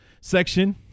section